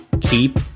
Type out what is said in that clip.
keep